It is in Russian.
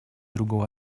другого